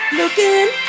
looking